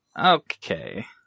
Okay